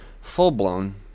full-blown